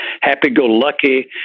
happy-go-lucky